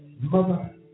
Mother